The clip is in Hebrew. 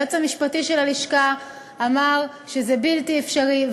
היועץ המשפטי של הלשכה אמר שזה בלתי אפשרי.